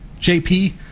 JP